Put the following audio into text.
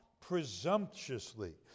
presumptuously